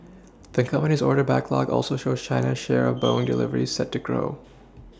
the company's order backlog also shows China's share Boeing deliveries set to grow